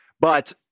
But-